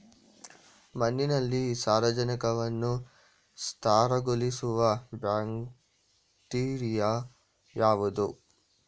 ಮಣ್ಣಿನಲ್ಲಿ ಸಾರಜನಕವನ್ನು ಸ್ಥಿರಗೊಳಿಸುವ ಬ್ಯಾಕ್ಟೀರಿಯಾ ಯಾವುದು?